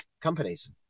companies